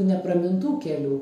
nepramintų kelių